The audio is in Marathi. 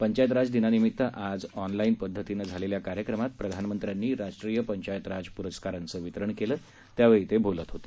पंचायत राज दिनानिमित्त आज ऑनलाईन पदधतीनं झालेल्या कार्यक्रमात प्रधानमंत्र्यांनी राष्ट्रीय पंचायत राज प्रस्कारांचं वितरण केलं त्यावेळी ते बोलत होते